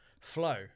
flow